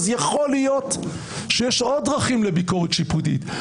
יכול להיות שיש עוד דרכים לביקורת שיפוטית,